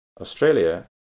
Australia